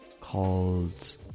called